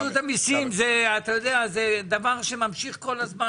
רשות המיסים זה דבר שממשיך כל הזמן.